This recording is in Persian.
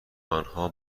آنها